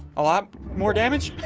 a lot more damage